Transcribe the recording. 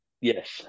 Yes